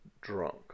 drunk